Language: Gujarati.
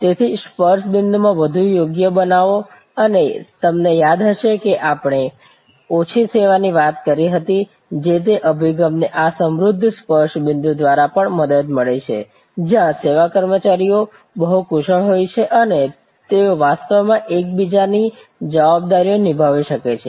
તેથી સ્પર્શ બિંદુ માં વધુ યોગ્ય બનાવો અને તમને યાદ હશે કે આપણે ઓછી સેવા ની વાત કરી હતી જે તે અભિગમને આ સમૃદ્ધ સ્પર્શ બિંદુ દ્વારા પણ મદદ મળે છે જ્યાં સેવા કર્મચારીઓ બહુ કુશળ હોય છે અને તેઓ વાસ્તવમાં એકબીજાની જવાબદારી નિભાવી શકે છે